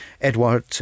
Edward